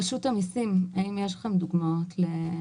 רשות המיסים, האם יש לכם דוגמאות למקרים?